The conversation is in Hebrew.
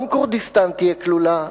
גם כורדיסטן תהיה כלולה.